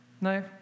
No